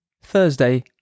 Thursday